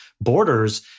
borders